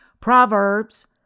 Proverbs